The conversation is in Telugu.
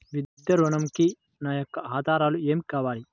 విద్యా ఋణంకి నా యొక్క ఆధారాలు ఏమి కావాలి?